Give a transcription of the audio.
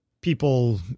people